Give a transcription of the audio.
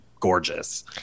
gorgeous